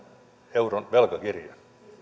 euron velkakirjan